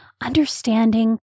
understanding